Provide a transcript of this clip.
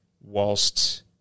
whilst